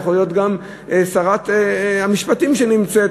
יכול להיות גם ששרת המשפטים לא נמצאת,